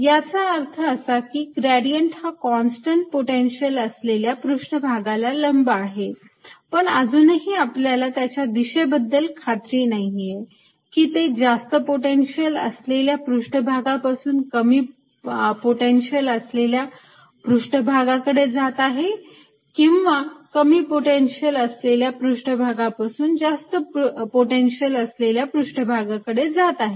याचा अर्थ असा की ग्रेडियंट हा कॉन्स्टंट पोटेन्शिअल असलेल्या पृष्ठभागाला लंब आहे पण अजूनही आपल्याला त्याच्या दिशेबद्दल खात्री नाहीये की ते जास्त पोटेन्शिअल असलेल्या पृष्ठभागापासून कमी पोटेन्शिअल असलेल्या पृष्ठभागाकडे जात आहे किंवा कमी पोटेन्शिअल असलेल्या पृष्ठभागापासून जास्त पोटेन्शिअल असलेल्या पृष्ठभागाकडे जात आहे